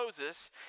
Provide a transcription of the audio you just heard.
Moses